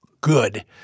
good